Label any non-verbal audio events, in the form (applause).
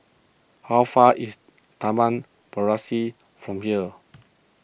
how far is Taman (unintelligible) from here